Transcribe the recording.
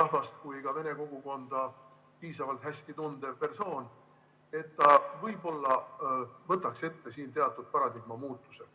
rahvast kui ka vene kogukonda piisavalt hästi tundev persoon, et ta võtaks ette siin teatud paradigmamuutuse.